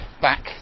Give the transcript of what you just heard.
back